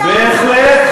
בהחלט,